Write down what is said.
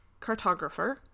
cartographer